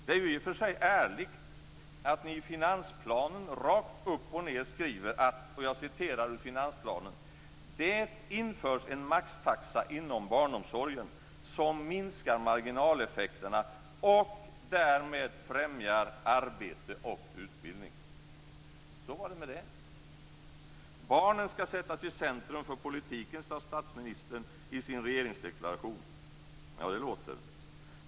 Det är ju i och för sig ärligt att ni i finansplanen rakt upp och ned skriver, och jag citerar ur finansplanen: "Det införs en maxtaxa inom barnomsorgen som minskar marginaleffekterna och därmed främjar arbete och utbildning." Så var det med det. Barnen ska sättas i centrum för politiken, sade statsministern i sin regeringsdeklaration. Ja, det låter.